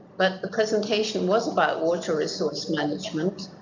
but the presentation was about water resource management.